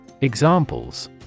Examples